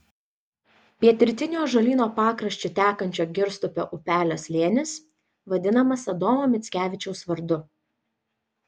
pietrytiniu ąžuolyno pakraščiu tekančio girstupio upelio slėnis vadinamas adomo mickevičiaus vardu